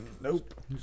Nope